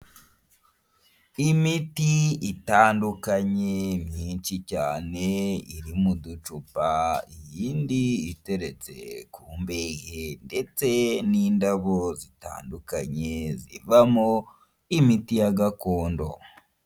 Imiti itandukanye myinshi cyane iri mu ducupa iyindi iteretse ku mbehe ndetse n'indabo zitandukanye zivamo imiti ya gakondo.